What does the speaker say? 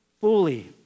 fully